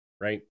right